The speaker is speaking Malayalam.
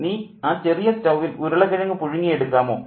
മീനാ നീ ആ ചെറിയ സ്റ്റൌവിൽ ഉരുളക്കിഴങ്ങ് പുഴുങ്ങി എടുക്കാമോ